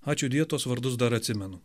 ačiūdie tuos vardus dar atsimenu